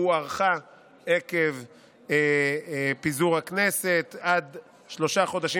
והוארכה עקב פיזור הכנסת עד שלושה חודשים